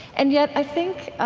and yet i think